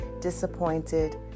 disappointed